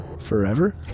Forever